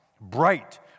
bright